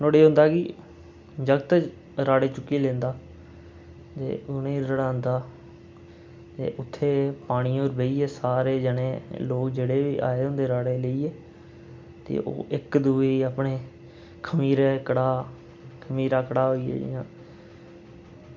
नुहाड़े ई एह् होंदा कि जागत् राह्ड़े चुक्कियै लैंदा ते उनें ई रुढ़ांदा ते उत्थें पानियै र बेहियै सारे जनें लोग जेह्ड़े होंदे आए दे राह्ड़े लेइयै ते ओह् इक्क दूऐ गी अपने खमीरे कड़ाह खमीरे कड़ाह होइये जियां